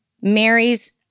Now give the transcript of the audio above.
Mary's